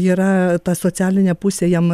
yra ta socialinė pusė jam